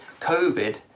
COVID